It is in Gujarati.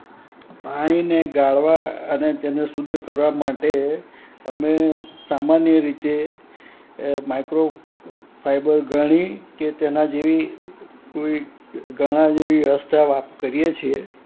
પાણીને ગાળવા અને તેને શુદ્ધ કરવા માટે અમે સામાન્ય રીતે માઇક્રો ફાઈબર ગરણી કે તેનાં જેવી કોઈ ગરણા જેવી વ્યવસ્થા કરીએ છીએ